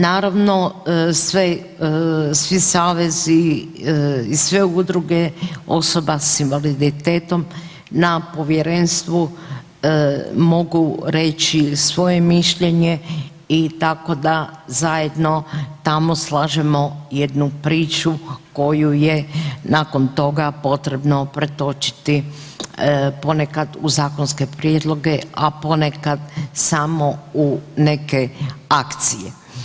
Naravno, sve svi savezi i sve udruge osoba s invaliditetom na povjerenstvu mogu reći i svoje mišljenje i tako da zajedno tamo slažemo jednu priču koju je nakon toga potrebno pretočiti ponekad u zakonske prijedloge, a ponekad samo u neke akcije.